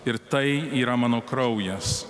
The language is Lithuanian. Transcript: ir tai yra mano kraujas